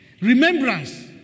Remembrance